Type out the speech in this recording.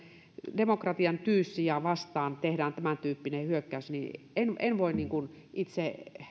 demokratian tyyssijaamme vastaan tehdään tämäntyyppinen hyökkäys en en voi itse